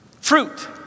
Fruit